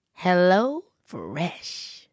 HelloFresh